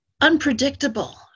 unpredictable